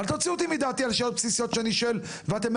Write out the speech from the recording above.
אל תוציאו אותי מדעתי על שאלות בסיסות שאני שואל ורוצה לדעת,